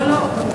לא, לא.